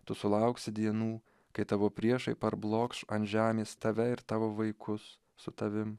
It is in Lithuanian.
tu sulauksi dienų kai tavo priešai parblokš ant žemės tave ir tavo vaikus su tavim